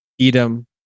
Edom